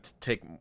take